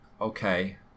Okay